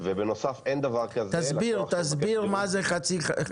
תסביר מה זה חצי-חצי.